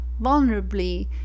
vulnerably